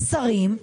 שרים,